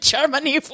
Germany